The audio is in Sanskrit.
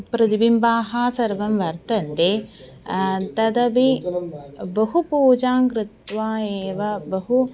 प्रतिबिम्बाः सर्वं वर्तन्ते तदपि बहु पूजां कृत्वा एव बहु